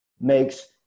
makes